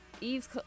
Eve's